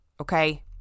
Okay